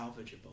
salvageable